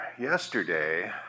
yesterday